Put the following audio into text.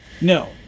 no